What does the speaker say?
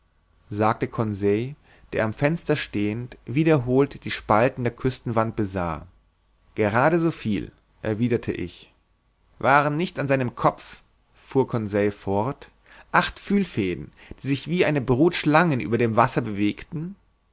sagte conseil der am fenster stehend wiederholt die spalten der küstenwand besah gerade soviel erwiderte ich waren nicht an seinem kopf fuhr conseil fort acht fühlfäden die sich wie eine brut schlangen über dem wasser bewegten